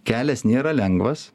kelias nėra lengvas